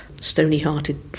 stony-hearted